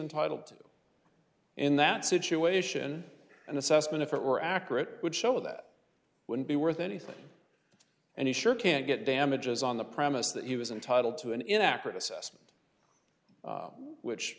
entitled to in that situation an assessment if it were accurate would show that wouldn't be worth anything and he sure can't get damages on the premise that he was entitled to an inaccurate assessment which